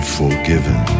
forgiven